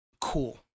cool